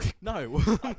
No